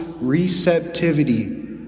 receptivity